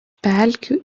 pelkių